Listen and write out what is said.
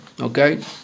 Okay